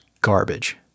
garbage